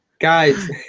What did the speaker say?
guys